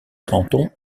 cantons